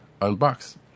unbox